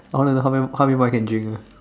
I want to know how many how many more I can drink ah